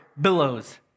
billows